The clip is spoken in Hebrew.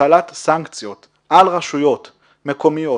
הטלת סנקציות על רשויות מקומיות,